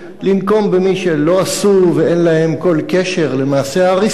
לנקום במי שלא עשו ואין להם כל קשר למעשה ההריסה,